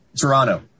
Toronto